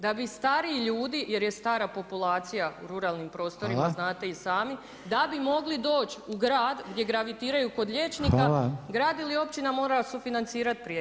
Da bi stariji ljudi, jer je stara populacija u ruralnim prostorima, znate i sami, da bi mogli doći u grad gdje gravitiraju kod liječnika, grad ili općina morala sufinancirati prijevoz.